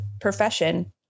profession